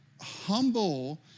Humble